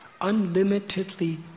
unlimitedly